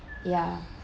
ya